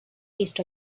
east